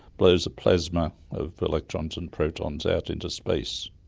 blows a plasma of electrons and protons out into space.